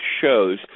shows